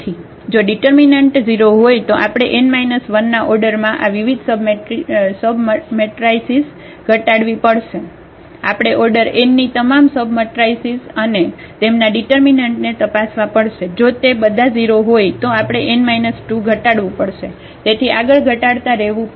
જો ડિટર્મિનન્ટ 0 હોય તો આપણે n 1 ના ઓર્ડરમાં આ વિવિધ સબમટ્રાઇસીસ ઘટાડવી પડશે આપણે ઓર્ડર n ની તમામ સબમટ્રાઇસીસ અને તેમના ડિટર્મિનન્ટને તપાસવા પડશે જો તે બધા 0 હોય તો આપણે n 2 ઘટાડવું પડશે તેથી આગળ ઘટાડતા રહેવું પડશે